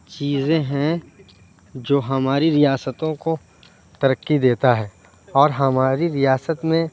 چیزیں ہیں جو ہماری ریاستوں کو ترقی دیتا ہے اور ہماری ریاست میں